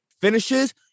finishes